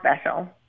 special